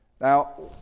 Now